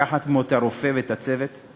לקחת לעצמו את הרופא ואת הצוות?